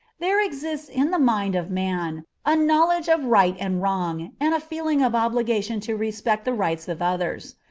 there exists in the mind of man a knowledge of right and wrong, and a feeling of obligation to respect the rights of others.